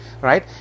right